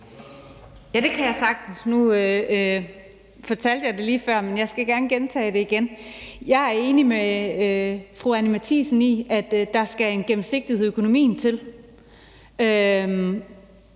Ja, det kan jeg sagtens. Nu fortalte jeg det lige før, men jeg vil gerne gentage det. Jeg er enig med fru Anni Matthiesen i, at der skal en gennemsigtighed i økonomien til.